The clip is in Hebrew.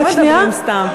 רק שנייה.